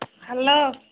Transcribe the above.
hello